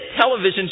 television